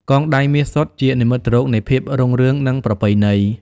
កងដៃមាសសុទ្ធ ជានិមិត្តរូបនៃភាពរុងរឿង និងប្រពៃណី។